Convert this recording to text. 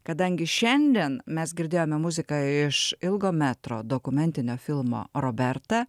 kadangi šiandien mes girdėjome muziką iš ilgo metro dokumentinio filmo roberta